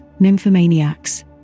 nymphomaniacs